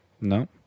no